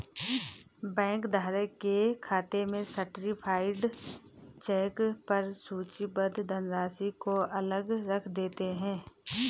bank धारक के खाते में सर्टीफाइड चेक पर सूचीबद्ध धनराशि को अलग रख देते हैं